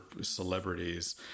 celebrities